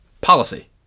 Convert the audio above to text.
Policy